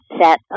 set